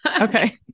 Okay